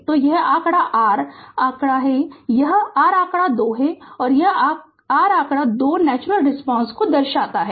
तो यह आंकड़ा r आंकड़ा 2 है यह r आंकड़ा 2 है आंकड़ा 2 नेचुरल रिस्पांस को दर्शाता है